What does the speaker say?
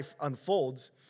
unfolds